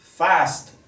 fast